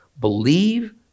believe